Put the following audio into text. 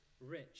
rich